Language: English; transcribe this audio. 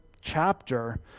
chapter